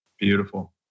Beautiful